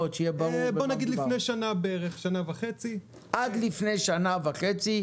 שנה וחצי --- עד לפני שנה וחצי,